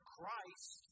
Christ